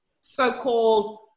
so-called